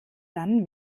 dann